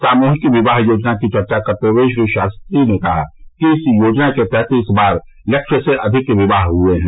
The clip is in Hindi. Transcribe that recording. सामूहिक विवाह योजना की चर्चा करते हुये श्री शास्त्री ने कहा कि इस योजना के तहत इस बार लक्ष्य से अधिक विवाह हुये हैं